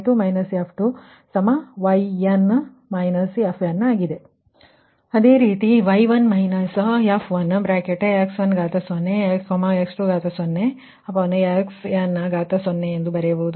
ಅದುದರಿ0ದ ಅದೇ ರೀತಿ y1 − f1x10 x20 upto xn0 ಇದನ್ನು ಬರೆಯಬಹುದು